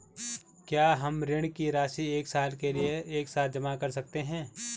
क्या हम ऋण की राशि एक साल के लिए एक साथ जमा कर सकते हैं?